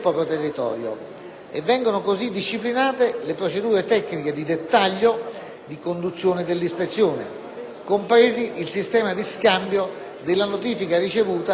compresi il sistema di scambio della notifica ricevuta dall'Organizzazione per la proibizione delle armi chimiche e la corretta individuazione dello Stato parte ispezionato.